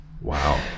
wow